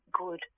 Good